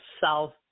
south